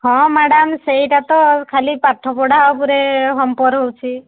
ହଁ ମ୍ୟାଡ଼ାମ୍ ସେଇଟା ତ ଆଉ ଖାଲି ପାଠପଢ଼ା ଉପରେ ହାମ୍ପର୍ ହେଉଛି